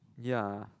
ya